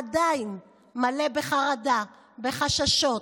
עדיין מלא בחרדה, בחששות.